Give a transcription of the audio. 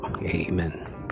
Amen